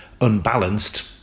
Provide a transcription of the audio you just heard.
unbalanced